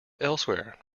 elsewhere